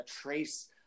trace